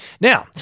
now